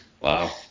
Wow